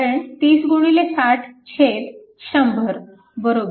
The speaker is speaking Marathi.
कारण 3060 100 18Ω